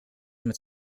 met